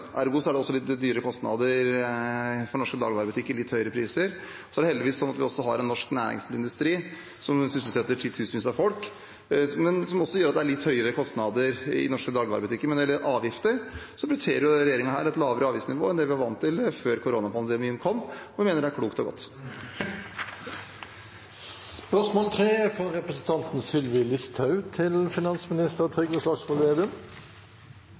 Ergo er det også litt høyere kostnader for norske dagligvarebutikker og litt høyere priser. Heldigvis har vi også en norsk næringsmiddelindustri som sysselsetter titusenvis av folk, men som gjør at det er litt høyere kostnader for norske dagligvarebutikker. Når det gjelder avgifter, prioriterer regjeringen et lavere avgiftsnivå enn det vi var vant til før koronapandemien kom, og vi mener det er klokt og godt. «I mars uttalte parlamentarisk leder Marit Arnstad til